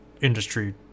industry